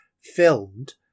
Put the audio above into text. filmed